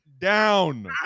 down